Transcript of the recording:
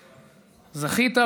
זכית,